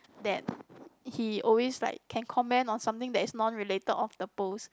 that he always like can comment on something that is non related of the post